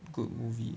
good movie